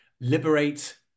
Liberate